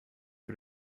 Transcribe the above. für